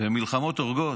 ומלחמות הורגות,